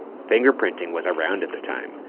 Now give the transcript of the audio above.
finger printing was around at the time.